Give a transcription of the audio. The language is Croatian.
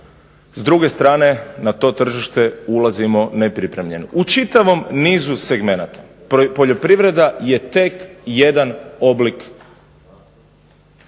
s druge strane na to tržište ulazimo nepripremljeni. U čitavom nizu segmenata poljoprivreda je tek jedan oblik